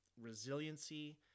resiliency